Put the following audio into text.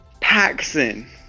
Paxson